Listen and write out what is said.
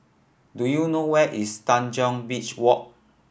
do you know where is Tanjong Beach Walk